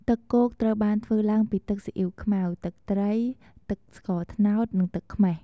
ទឹកគោកត្រូវបានធ្វើឡើងពី ទឹកស៊ីអ៊ុីវខ្មៅ ទឹកត្រី ទឹកស្ករត្នោត និងទឹកខ្មេះ។